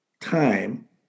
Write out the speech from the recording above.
time